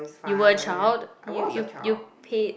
you were a child you you you paid